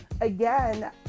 Again